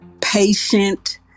patient